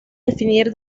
definir